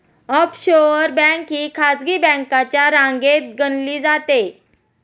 offshore bank ही खासगी बँकांच्या रांगेत गणली जाते